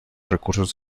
recursos